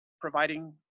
providing